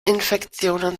infektionen